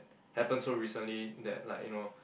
happen so recently that like you know